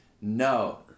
No